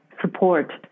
support